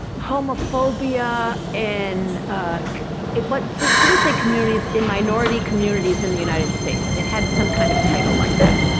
homophobia, and it but didn't didn't say communities, in minority communities in the united states. it had some kind of title like that,